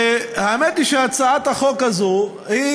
האמת היא שהצעת החוק הזאת היא